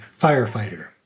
firefighter